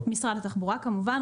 משרד התחבורה כמובן,